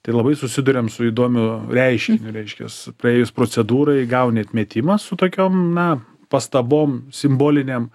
tai labai susiduriam su įdomiu reiškiniu reiškias praėjus procedūrai gauni atmetimą su tokiom na pastabom simbolinėm